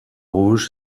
rouge